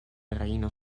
reino